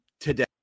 today